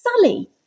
Sully